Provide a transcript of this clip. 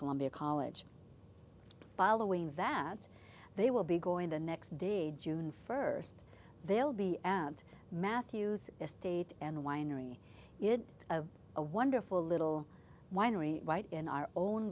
columbia college following that they will be going the next day june first they'll be at matthew's estate and winery did a wonderful little winery in our own